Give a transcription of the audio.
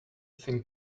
think